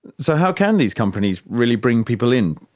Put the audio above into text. so how can these companies really bring people in,